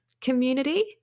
community